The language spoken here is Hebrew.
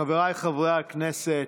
חבריי חברי הכנסת,